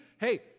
Hey